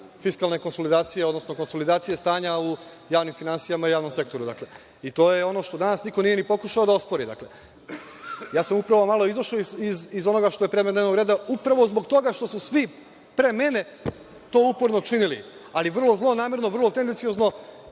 fiskalne konsolidacije, odnosno konsolidacije stanja u javnim finansijama, javnom sektoru. To je ono što danas niko nije ni pokušao da ospori. Upravo sam malo izašao iz onoga što je tema dnevnog reda upravo zbog toga što su svi pre mene to uporno činili, ali vrlo zlonamerno, vrlo tendenciozno